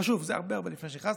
אבל שוב, זה הרבה הרבה לפני שנכנסת.